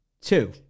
two